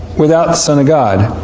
without the son of god.